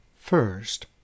First